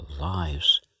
lives